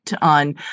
on